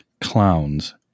clowns